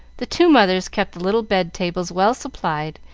the two mothers kept the little bed-tables well supplied,